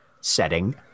setting